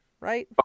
right